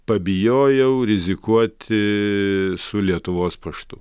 pabijojau rizikuoti su lietuvos paštu